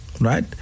right